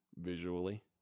visually